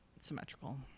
symmetrical